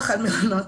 על מעונות